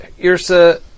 Irsa